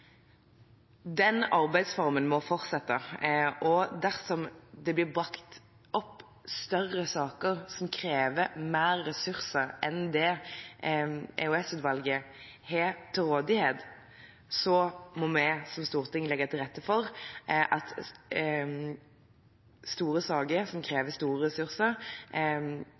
Den arbeidsformen må fortsette. Dersom det blir brakt opp større saker som krever mer ressurser enn det EOS-utvalget har til rådighet, må vi som storting legge til rette for at vi i store saker som